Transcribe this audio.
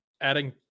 adding